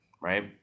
right